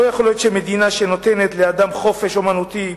לא יכול להיות שמדינה שנותנת לאדם חופש אמנותי,